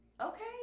Okay